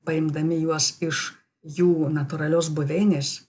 paimdami juos iš jų natūralios buveinės